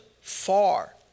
far